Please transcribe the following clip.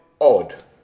odd